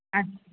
अ